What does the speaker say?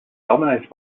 dominated